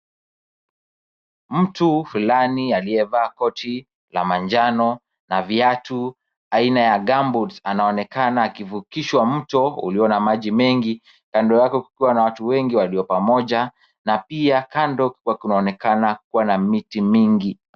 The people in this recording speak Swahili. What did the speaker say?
Mtu fulani aliyevaa koti la manjano na viatu aina ya gamboots anaonekana akivukishwa mto ulio na maji mengi, kando yake kukikwa na watu wengi walio pamoja na pia kando kukiwa kunaonekana kuwa na miti mingi.